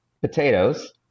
potatoes